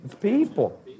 people